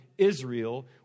Israel